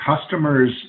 Customers